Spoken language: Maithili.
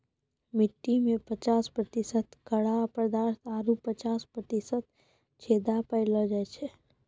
मट्टी में पचास प्रतिशत कड़ा पदार्थ आरु पचास प्रतिशत छेदा पायलो जाय छै